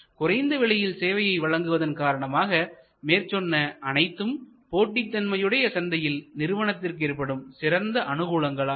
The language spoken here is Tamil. குறைந்த விலையில் சேவையை வழங்குவதன் காரணமாக மேற்சொன்ன அனைத்தும் போட்டிதன்மையுடைய சந்தையில்நிறுவனத்திற்கு ஏற்படும் சிறந்த அனுகூலங்கள் ஆகும்